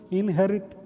inherit